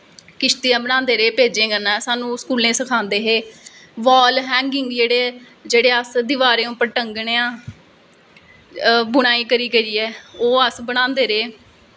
किश्तियां बनांदे रेह् पेज़ें कन्नैं स्हानू ओह् स्कूलैं सखांदे हे बॉल हैंगिंग जेह्ड़े जेह्ड़े अस दिवारें पर टंगनें आं बुनाई करी करियै ओह् अस बनांदे रेह्